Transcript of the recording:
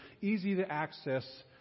easy-to-access